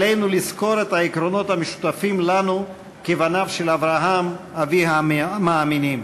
עלינו לזכור את העקרונות המשותפים לנו כבניו של אברהם אבי המאמינים.